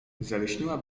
zalśniła